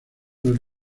del